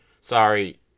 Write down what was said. sorry